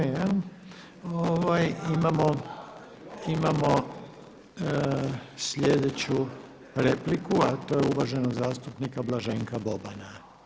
Imamo sljedeću repliku, a to je uvaženog zastupnika Blaženka Bobana.